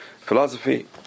philosophy